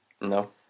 No